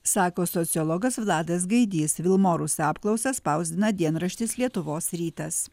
sako sociologas vladas gaidys vilmorus apklausą spausdina dienraštis lietuvos rytas